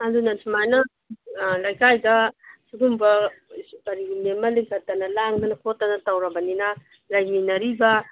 ꯑꯗꯨꯅ ꯁꯨꯃꯥꯏꯅ ꯂꯩꯀꯥꯏꯗ ꯁꯤꯒꯨꯝꯕ ꯀꯔꯤꯒꯨꯝꯕꯤ ꯑꯃ ꯂꯤꯡꯈꯠꯇꯅ ꯂꯥꯡꯗꯅ ꯈꯣꯠꯇꯅ ꯇꯧꯔꯕꯅꯤꯅ ꯂꯩꯃꯤꯟꯅꯔꯤꯕ